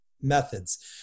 methods